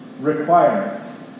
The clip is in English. requirements